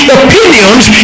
opinions